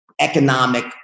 economic